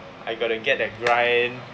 I gotta get that grind